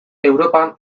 europan